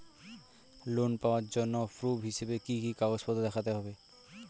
Loan পাওয়ার জন্য proof হিসেবে কি কি কাগজপত্র দেখাতে হবে?